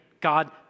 God